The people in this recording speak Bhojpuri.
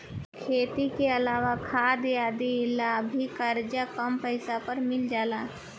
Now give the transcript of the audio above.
खेती के अलावा खाद आदि ला भी करजा कम पैसा पर मिल जाला